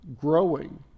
growing